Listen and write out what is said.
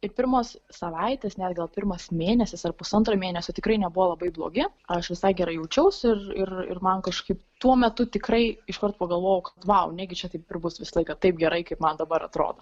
ir pirmos savaitės ne gal pirmas mėnesis ar pusantro mėnesio tikrai nebuvo labai blogi aš visai gerai jaučiausi ir ir ir man kažkaip tuo metu tikrai iškart pagalvojau vau negi čia taip ir bus visą laiką taip gerai kaip man dabar atrodo